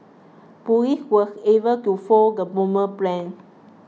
police was able to foil the bombers plans